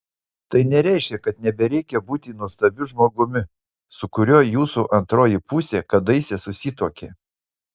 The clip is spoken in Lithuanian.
tai nereiškia kad nebereikia būti nuostabiu žmogumi su kuriuo jūsų antroji pusė kadaise susituokė